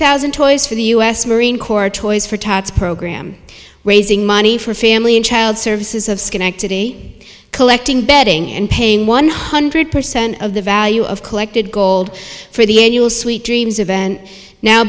thousand toys for the u s marine corps toys for tots program raising money for family and child services of schenectady collecting bedding and paying one hundred percent of the value of collected gold for the annual sweet dreams event now